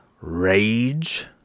rage